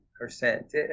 percent